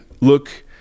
look